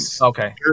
Okay